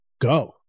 go